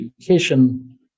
education